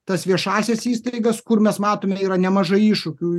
tas viešąsias įstaigas kur mes matome yra nemažai iššūkių